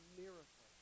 miracle